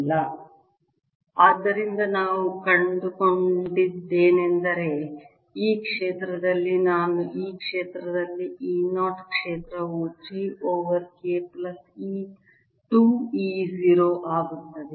When❑K 1 EnetE0 ಆದ್ದರಿಂದ ನಾವು ಕಂಡುಕೊಂಡದ್ದೇನೆಂದರೆ ಈ ಕ್ಷೇತ್ರದಲ್ಲಿ ನಾನು ಈ ಕ್ಷೇತ್ರದಲ್ಲಿ E 0 ಕ್ಷೇತ್ರವು 3 ಓವರ್ K ಪ್ಲಸ್ 2 E 0 ಆಗುತ್ತದೆ